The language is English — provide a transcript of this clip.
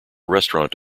restaurant